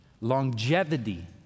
longevity